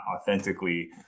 authentically